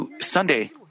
Sunday